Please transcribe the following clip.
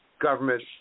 government